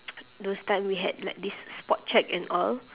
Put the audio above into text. those time we had like this spot check and all